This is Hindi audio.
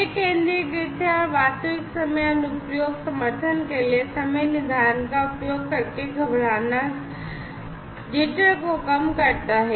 यह केंद्रीकृत है और वास्तविक समय अनुप्रयोग समर्थन के लिए समय निर्धारण का उपयोग करके घबराना को कम करता है